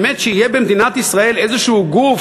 באמת שיהיה במדינת ישראל איזשהו גוף